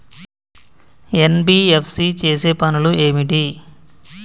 NBFC చేసే పనులు ఏమిటి?